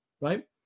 Right